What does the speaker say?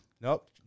Nope